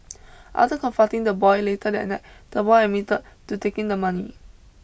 after confronting the boy later that night the boy admitted to taking the money